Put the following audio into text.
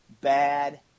bad